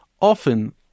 Often